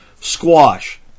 squash